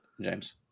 James